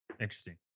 Interesting